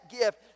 gift